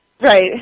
Right